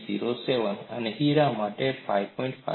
07 અને હીરા માટે 5